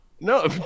No